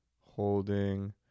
holding